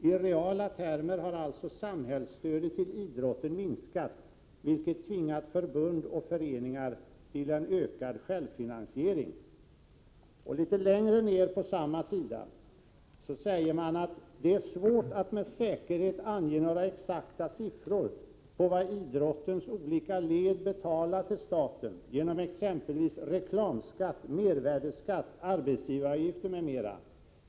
I reala termer har alltså samhällsstödet till idrotten minskat, vilket tvingat förbund och föreningar till en ökad självfinansiering.” Litet längre ner på samma sida står det: ”Det är svårt att med säkerhet ange några exakta siffror på vad idrottens olika led betalar till staten genom exempelvis reklamskatt, mervärdesskatt, arbetsgivaravgifter med mera.